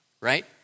right